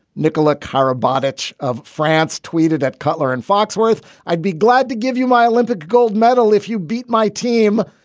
nicola car abiotic of france tweeted at cutler and foxworth, i'd be glad to give you my olympic gold medal if you beat my team.